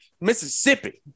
Mississippi